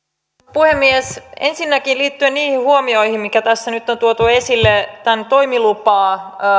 puhemies ensinnäkin liittyen niihin huomioihin joita tässä nyt on tuotu esille tämän toimilupa